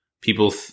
people